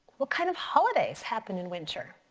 what kind of holidays happen in winter?